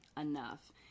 enough